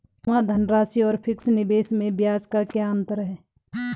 जमा धनराशि और फिक्स निवेश में ब्याज का क्या अंतर है?